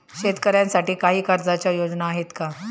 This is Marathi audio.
शेतकऱ्यांसाठी काही कर्जाच्या योजना आहेत का?